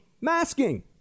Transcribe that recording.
masking